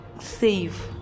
save